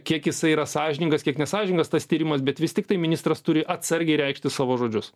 kiek jisai yra sąžiningas kiek nesąžiningas tas tyrimas bet vis tiktai ministras turi atsargiai reikšti savo žodžius